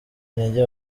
intege